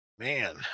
Man